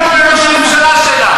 תלכי לראש הממשלה שלך.